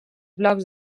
blocs